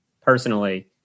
personally